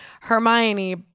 Hermione